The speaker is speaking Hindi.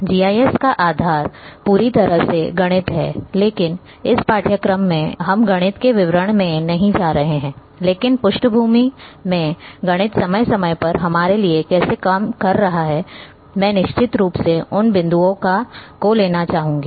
जीआईएस का आधार पूरी तरह से गणित है लेकिन इस पाठ्यक्रम में हम गणित के विवरण में नहीं जा रहे हैं लेकिन पृष्ठभूमि में गणित समय समय पर हमारे लिए कैसे काम कर रहा है मैं निश्चित रूप से उन बिंदुओं को लाना चाहूंगा